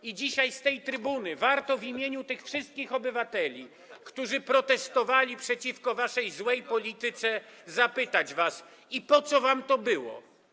I dzisiaj z tej trybuny warto w imieniu tych wszystkich obywateli, którzy protestowali przeciwko waszej złej polityce, zapytać was: I po co wam to było?